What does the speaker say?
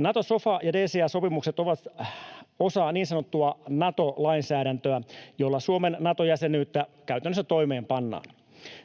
Nato-sofa- ja DCA-sopimukset ovat osa niin sanottua Nato-lainsäädäntöä, jolla Suomen Nato-jäsenyyttä käytännössä toimeenpannaan.